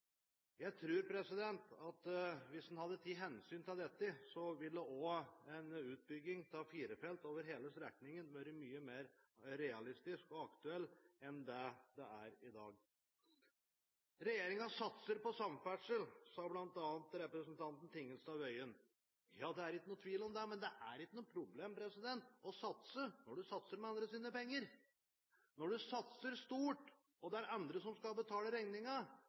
at hvis en hadde tatt hensyn til dette, ville også en utbygging av fire felt over hele strekningen vært mye mer realistisk og aktuell enn det den er i dag. Regjeringen satser på samferdsel, sa bl.a. representanten Tingelstad Wøien. Ja, det er ikke noe tvil om det. Men det er ikke noe problem å satse når man satser med andres penger. Når man satser stort og det er andre som skal betale